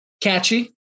catchy